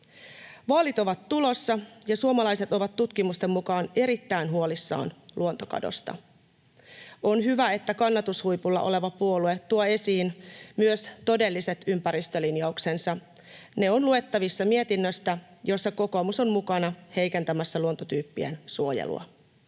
Vaalit on tulossa, ja suomalaiset ovat tutkimusten mukaan erittäin huolissaan luontokadosta. On hyvä, että kannatushuipulla oleva puolue tuo esiin myös todelliset ympäristölinjauksensa. Ne ovat luettavissa mietinnöstä, jossa kokoomus on mukana heikentämässä luontotyyppien suojelua.